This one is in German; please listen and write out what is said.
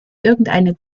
irgendeine